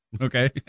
Okay